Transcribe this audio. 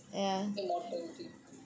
immortality